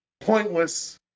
pointless